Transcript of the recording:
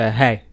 hey